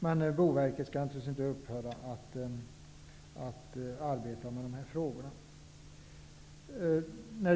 Men Boverket skall naturligtvis inte upphöra att arbeta med dessa frågor.